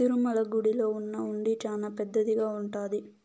తిరుమల గుడిలో ఉన్న హుండీ చానా పెద్దదిగా ఉంటాది